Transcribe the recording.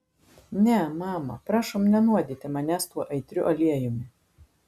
ne mama prašom nenuodyti manęs tuo aitriu aliejumi